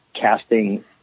casting